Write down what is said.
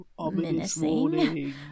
menacing